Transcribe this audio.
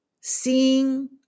seeing